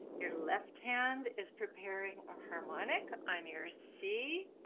your left hand is preparing a harmonic on your c.